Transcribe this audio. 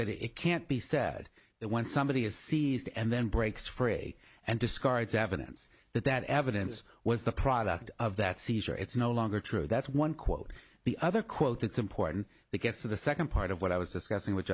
that it can't be said that when somebody is seized and then breaks frey and discards evidence that that evidence was the product of that seizure it's no longer true that's one quote the other quote it's important to get to the second part of what i was discussing which